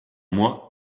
moi